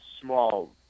small